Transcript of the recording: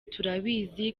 turabizi